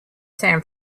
san